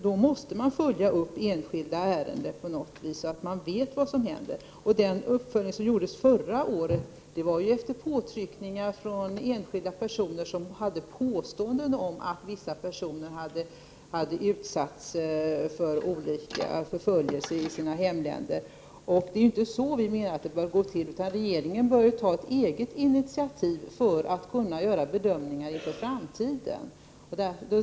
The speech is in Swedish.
Då måste man följa upp enskilda ärenden på något sätt så att man vet vad som händer. Den uppföljning som gjordes förra året skedde efter påtryckningar från enskilda personer som hade gjort påståenden om att vissa personer hade utsatts för olika förföljelser i sina hemländer. Det är inte så vi menar att det bör gå till utan regeringen bör ta ett eget initiativ för att kunna göra bedömningar inför framtiden.